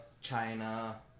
China